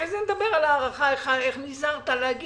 אחרי זה נדבר איך נזהרת לומר